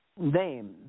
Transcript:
name